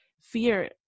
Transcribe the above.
fear